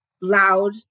loud